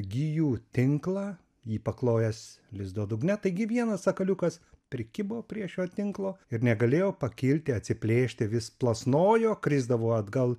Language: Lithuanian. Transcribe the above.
gijų tinklą jį paklojęs lizdo dugne taigi vienas sakaliukas prikibo prie šio tinklo ir negalėjo pakilti atsiplėšti vis plasnojo krisdavo atgal